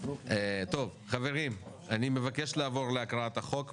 אני מבקש לעבור לקריאת הצעת החוק.